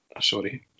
sorry